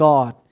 God